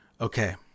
okay